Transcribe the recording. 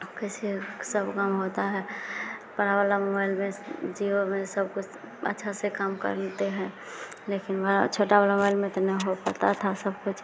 अब कैसे उह सब काम होता है बड़ा वाला मोबइल में जिओ में सब कुछ अच्छे से काम करते हैं लेकिन बड़ा छोटा वाला मोबइल में तो नहीं हो पाता था सब कुछ